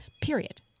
period